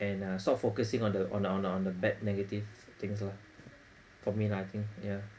and uh sort of focusing on the on a on a on the bad negative things lah for me lah I think yeah